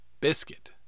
biscuit